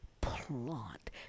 plot